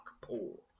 pool